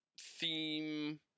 theme